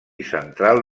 central